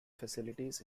facilities